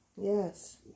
Yes